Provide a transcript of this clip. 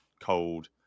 cold